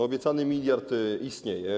Obiecany miliard istnieje.